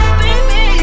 baby